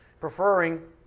preferring